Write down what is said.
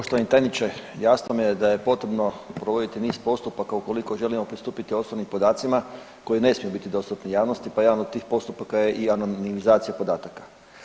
Poštovani tajniče jasno mi je da je potrebno provoditi niz postupaka ukoliko želimo pristupiti osobnim podacima koji ne smiju biti dostupni javnosti pa jedan od tih postupaka je i anonimizacija podataka.